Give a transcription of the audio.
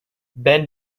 ben